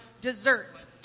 dessert